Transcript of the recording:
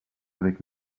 avec